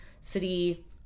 City